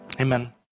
Amen